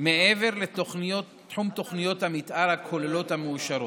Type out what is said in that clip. מעבר לתחום תוכניות המתאר הכוללות המאושרות.